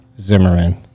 Zimmerman